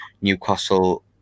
newcastle